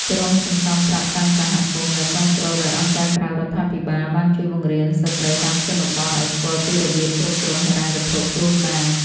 ក្រុមសន្សំប្រាក់តាមសហគមន៍ ដែលគាំទ្រដោយអង្គការក្រៅរដ្ឋាភិបាល បានជួយបង្រៀនស្ត្រីតាមជនបទឱ្យស្គាល់ពីរបៀបគ្រប់គ្រងហិរញ្ញវត្ថុគ្រួសារ។